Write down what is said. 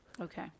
Okay